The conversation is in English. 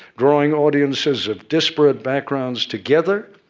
drawing audiences of disparate backgrounds together,